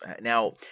Now